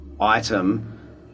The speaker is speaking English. item